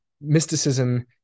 mysticism